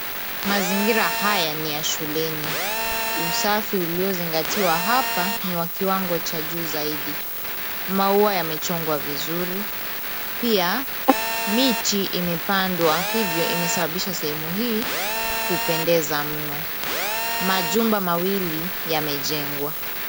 Mazingira haya ni ya shuleni. Usafi uliozingatiwa hapa ni wa kiwango cha juu zaidi. Maua yamechongwa vizuri pia miti imepandwa hivyo imesababisha sehemu hii kupendeza mno. Majumba mawili yamejengwa.